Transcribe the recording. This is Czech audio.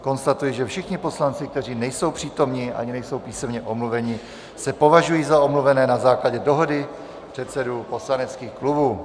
Konstatuji, že všichni poslanci, kteří nejsou přítomni ani nejsou písemně omluveni, se považují za omluvené na základě dohody předsedů poslaneckých klubů.